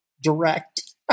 direct